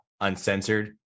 uncensored